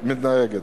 מתנגדת.